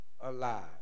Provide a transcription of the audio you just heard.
alive